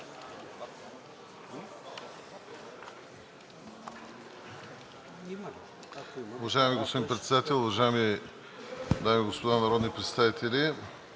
Ви, господин Председател. Уважаеми дами и господа народни представители!